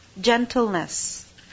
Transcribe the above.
gentleness